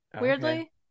weirdly